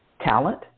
talent